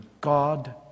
God